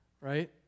right